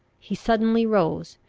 he suddenly rose,